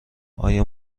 آیا